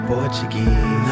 Portuguese